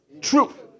truth